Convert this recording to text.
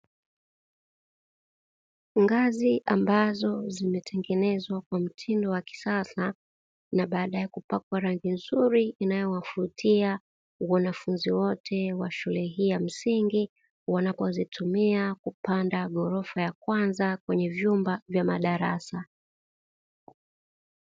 Ngazi ambazo zimetengenezwa kwa mtindo wa kisasa na baadaye kupakwa rangi nzuri inayowavutia wanafunzi wote wa shule hii ya msingi, wanapozitumia kupanda ghorofa ya kwanza kwenye vyumba vya madarasa.